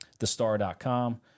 thestar.com